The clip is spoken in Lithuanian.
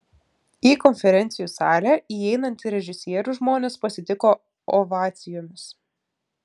į konferencijų salę įeinantį režisierių žmonės pasitiko ovacijomis